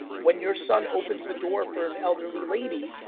when your son opens the door for an elderly lady,